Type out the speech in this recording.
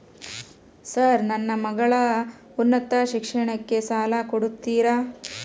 Sir ನನ್ನ ಮಗಳ ಉನ್ನತ ಶಿಕ್ಷಣಕ್ಕೆ ಸಾಲ ಕೊಡುತ್ತೇರಾ?